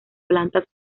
plantas